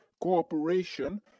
cooperation